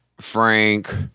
Frank